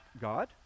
god